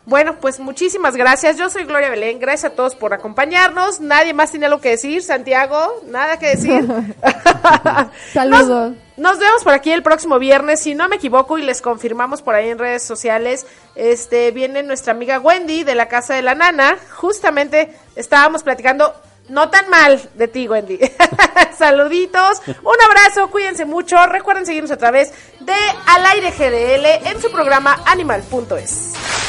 Bueno, pues, muchísimas gracias. Yo soy Gloria Belén. Gracias a todos por acompañarnos. Nadie más tiene algo que decir. Santiago, nada que decir. Nos- Saludos. nos vemos por aquí el próximo viernes. Si no me equivoco, y les confirmamos por ahí en redes sociales, este, viene nuestra amiga Wendy de la Casa de la Nana. Justamente estábamos platicando, no tan mal, de ti, Wendy. Saluditos, un abrazo, cuídense mucho. Recuerden seguirnos a través de Al Aire GDL en su programa Animal.es.